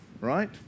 right